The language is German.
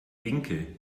winkel